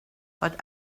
but